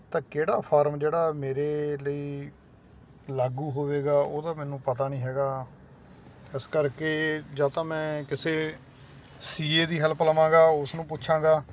ਤਾਂ ਕਿਹੜਾ ਫਾਰਮ ਜਿਹੜਾ ਮੇਰੇ ਲਈ ਲਾਗੂ ਹੋਵੇਗਾ ਉਹਦਾ ਮੈਨੂੰ ਪਤਾ ਨਹੀਂ ਹੈਗਾ ਇਸ ਕਰਕੇ ਜਾਂ ਤਾਂ ਮੈਂ ਕਿਸੇ ਸੀਏ ਦੀ ਹੈਲਪ ਲਵਾਂਗਾ ਉਸ ਨੂੰ ਪੁੱਛਾਂਗਾ